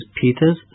Peter's